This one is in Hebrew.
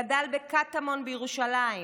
גדל בקטמון בירושלים,